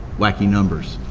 wacky numbers,